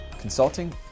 consulting